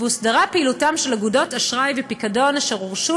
והוסדרה פעילותן של אגודות אשראי ופיקדון אשר הורשו